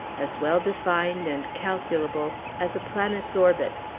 as well-defined and calculable as a planet's orbit.